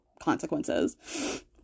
consequences